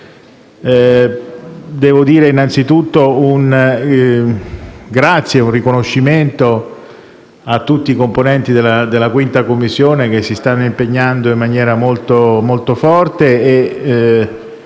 Devo esprimere innanzitutto un ringraziamento e un riconoscimento a tutti i componenti della 5[a] Commissione, che si stanno impegnando in maniera molto forte,